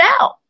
out